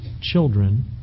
children